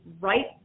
right